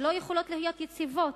שלא יכולות להיות יציבות,